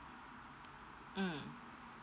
mm